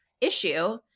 issue